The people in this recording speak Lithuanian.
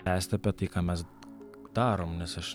esti apie tai ką mes darom nes aš